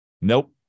Nope